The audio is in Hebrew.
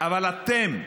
אבל אתם,